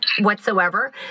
whatsoever